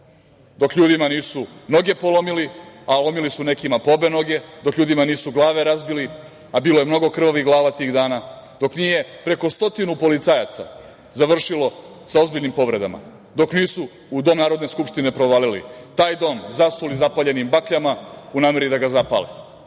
dok ljudima nisu noge polomili, a lomili su nekima po obe noge, dok ljudima nisu glave razbili, a bilo je mnogo krvavih glava tih dana, dok nije preko stotinu policajaca završilo sa ozbiljnim povredama, dok nisu u Dom Narodne skupštine provalili, taj dom zasuli zapaljenim bakljama u nameri da ga zapale. Tada